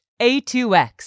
A2X